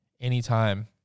anytime